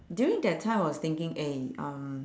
during that time I was thinking eh um